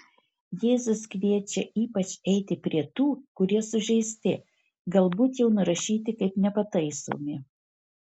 jėzus kviečia ypač eiti prie tų kurie sužeisti galbūt jau nurašyti kaip nepataisomi